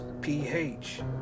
PH